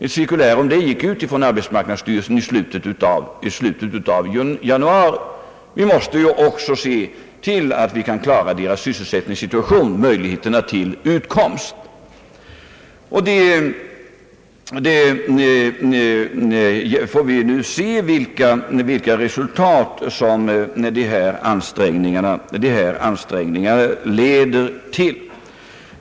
Ett cirkulär om detta gick ut från arbetsmarknadsstyrelsen i slutet av januari. Vi måste ju också se till att klara deras sysselsättningssituation och möjligheter till utkomst. Vi får nu se vilka resultat dessa ansträngningar leder till.